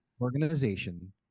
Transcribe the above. organization